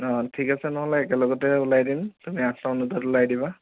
ঠিক আছে নহ'লে একেলগতে ওলাই দিম তুমি আঠটা মান বজাত ওলাই দিবা